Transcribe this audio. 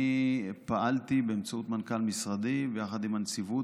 אני פעלתי באמצעות מנכ"ל משרדי יחד עם הנציבות,